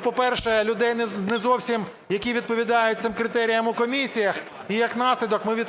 по-перше, людей, не зовсім які відповідають цим критеріям у комісіях, і, як наслідок, ми